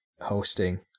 hosting